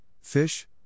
fish